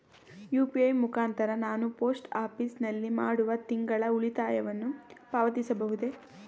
UPI ಮುಖಾಂತರ ನಾನು post office ನಲ್ಲಿ ಮಾಡುವ ತಿಂಗಳ ಉಳಿತಾಯವನ್ನು ಪಾವತಿಸಬಹುದೇ?